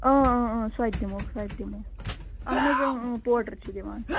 سۄ تہِ دِمہو سۄ تہِ دِمہو اَہَن حظ پۄڈر چھِ دِوان